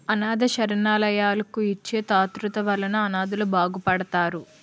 అనాధ శరణాలయాలకు ఇచ్చే తాతృత్వాల వలన అనాధలు బాగుపడతారు